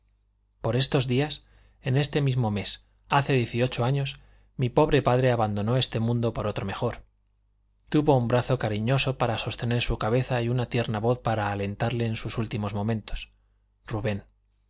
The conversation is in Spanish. por estos días en este mismo mes hace dieciocho años mi pobre padre abandonó este mundo por otro mejor tuvo un brazo cariñoso para sostener su cabeza y una tierna voz para alentarle en sus últimos momentos rubén